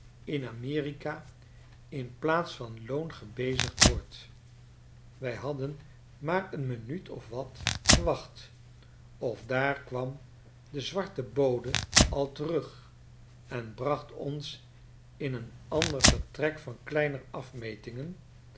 in amerika in plaats van loon fl gebezigd wordt wij hadden maar een minuut of wat gewacht of daar kwam de zwarte bode al terug en bracht ons in een ander vertrek van kleiner afmetingen